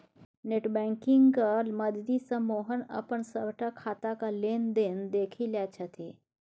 net बैंकिंगक मददिसँ मोहन अपन सभटा खाताक लेन देन देखि लैत छथि